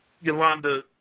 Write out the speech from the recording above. Yolanda